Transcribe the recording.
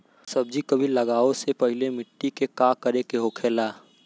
सब्जी कभी लगाओ से पहले मिट्टी के का करे के होखे ला?